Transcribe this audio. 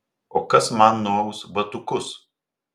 o kas man nuaus batukus